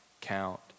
count